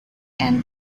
and